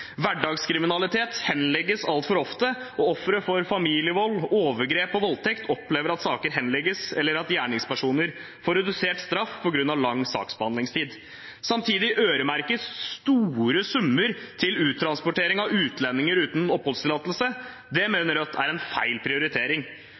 Hverdagskriminalitet henlegges altfor ofte, og ofre for familievold, overgrep og voldtekt opplever at saker henlegges, eller at gjerningspersoner får redusert straff på grunn av lang saksbehandlingstid. Samtidig øremerkes store summer til uttransportering av utlendinger uten oppholdstillatelse. Det